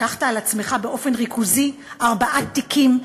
לקחת על עצמך באופן ריכוזי ארבעה תיקים,